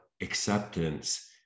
acceptance